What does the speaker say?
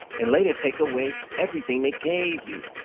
and later take away everything they gave you.